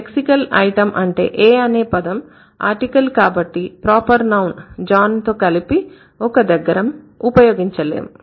lexical item అంటే a అనే పదం ఆర్టికల్ కాబట్టి ప్రాపర్ నౌన్ John తో కలిపి ఒక దగ్గర ఉపయోగించ లేము